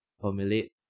formulate